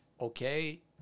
okay